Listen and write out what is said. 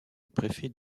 préfet